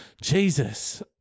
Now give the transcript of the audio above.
Jesus